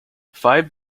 five